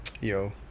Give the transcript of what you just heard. Yo